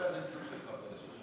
לחברי כנסת,